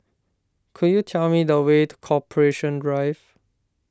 could you tell me the way to Corporation Drive